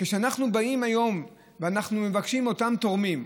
כשאנחנו באים היום ואנחנו מבקשים מאותם תורמים,